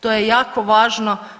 To je jako važno.